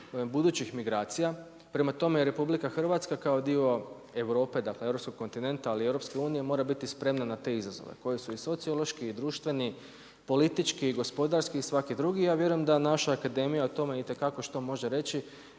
budućih migracija, prema tome RH kao dio Europe, dakle, Europskog kontinenta ali i EU-a, mora biti spremna na te izazove koji su sociološki i društveni, politički, gospodarski, svaki drugi, ja vjerujem da naša akademija o tome itekako može što reći,